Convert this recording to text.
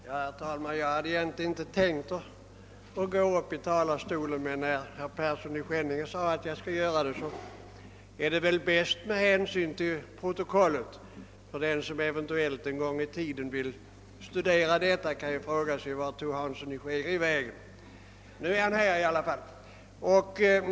Herr talman! Jag hade egentligen inte tänkt gå upp i talarstolen igen, men eftersom herr Persson i Skänninge sade att jag skulle göra detta är det väl bäst med hänsyn till protokollet — den som en gång i tiden eventuellt vill studera det kan ju annars fråga sig: Vart tog Hansson i Skegrie vägen? Nu är han här i alla fall.